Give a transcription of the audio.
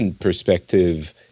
perspective